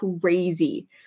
crazy